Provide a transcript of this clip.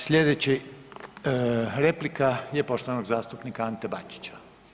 Slijedeći replika je poštovanog zastupnika Ante Bačića.